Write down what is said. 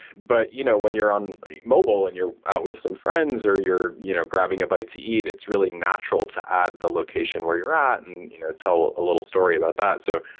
but you know when you're on mobile and you're out with some friends or you're you know grabbing a bite to eat, it's really natural to add the location where you're at and you know tell a little story about that. so,